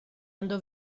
andò